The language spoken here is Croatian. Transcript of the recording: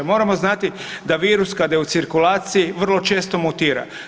Moramo znati da virus kada je u cirkulaciji vrlo često mutira.